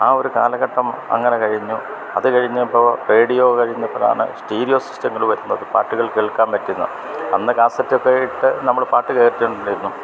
ആ ഒരു കാലഘട്ടം അങ്ങനെ കഴിഞ്ഞു അത് കഴിഞ്ഞപ്പോൾ റേഡിയോ കഴിഞ്ഞപ്പഴാണ് സ്റ്റീരിയോ സിസ്റ്റങ്ങള് വരുന്നത് പാട്ടുകൾ കേൾക്കാൻ പറ്റുന്ന അന്ന് കാസറ്റൊക്കെ ഇട്ട് നമ്മള് പാട്ട് കേട്ടിട്ടുണ്ടായിരുന്നു